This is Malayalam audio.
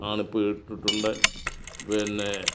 ആണിപ്പോൾ ഇട്ടിട്ടുണ്ട് പിന്നെ